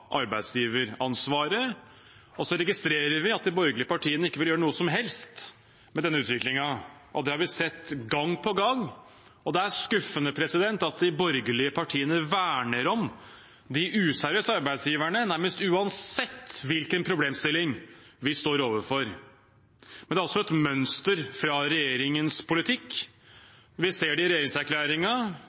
arbeidsgiveransvaret. Vi registrerer at de borgerlige partiene ikke vil gjøre noe som helst med denne utviklingen. Det har vi sett gang på gang. Det er skuffende at de borgerlige partiene verner om de useriøse arbeidsgiverne, nærmest uansett hvilken problemstilling vi står overfor. Det er altså et mønster i regjeringens politikk. Vi ser det i